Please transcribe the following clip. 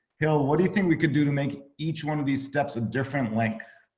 hill, what do you think we could do to make each one of these steps a different link?